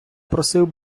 просив